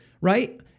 Right